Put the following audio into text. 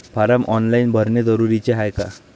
Form online भरने जरुरीचे हाय का?